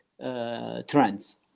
trends